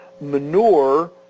manure